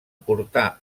portà